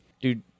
dude